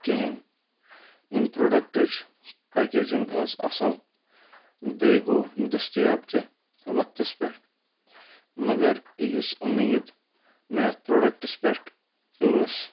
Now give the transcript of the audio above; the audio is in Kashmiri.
کِہیٖنۍ ییٚمہِ پرٛوڈَکٹٕچ پٮ۪کیجِنٛگ ٲس اَصٕل بیٚیہِ گوٚو دٔستِیاب تہِ وَقتَس پٮ۪ٹھ مگر یُس اُمیٖد مےٚ یتھ پرٛوڈَکٹَس پٮ۪ٹھ ٲس